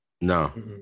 no